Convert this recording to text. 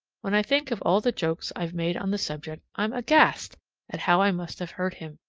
when i think of all the jokes i've made on the subject, i'm aghast at how i must have hurt him,